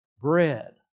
Bread